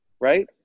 right